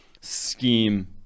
scheme